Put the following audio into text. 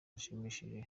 rushimishije